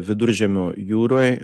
viduržemio jūroj